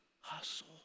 hustle